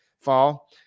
fall